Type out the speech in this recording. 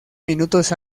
minutos